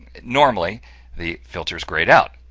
normally the filter is greyed out,